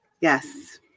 Yes